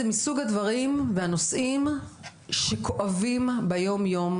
זה מסוג הדברים והנושאים שכואבים ביום יום,